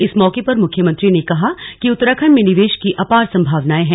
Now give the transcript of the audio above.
इस मौके पर मुख्यमंत्री ने कहा कि उत्तराखण्ड में निवेश की अपार संभावनाए हैं